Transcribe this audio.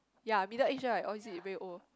yea middle age right or is it very old